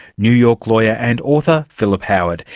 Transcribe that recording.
new york lawyer and author philip howard.